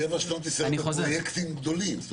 שבע שנות ניסיון בפרויקטים גדולים.